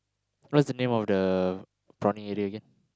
what's the name of the prawning area again